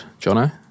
Jono